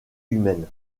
humaine